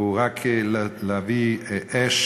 היא רק להבעיר אש